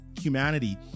humanity